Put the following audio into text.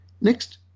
Next